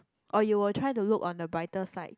or you will try to look on the brighter side